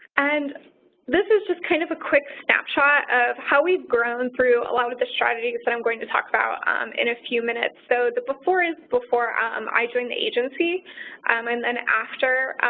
and this is just kind of a quick snapshot of how we've grown through a lot of the strategies that i'm going to talk about in a few minutes. so, the before is before um i joined the agency um and then after